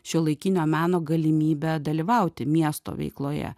šiuolaikinio meno galimybę dalyvauti miesto veikloje